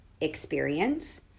experience